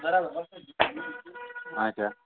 اچھا